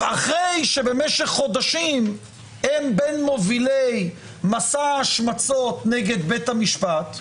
אחרי שבמשך חודשים הם בין מובילי מסע ההשמצות נגד בית המשפט,